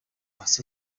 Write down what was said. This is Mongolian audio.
бас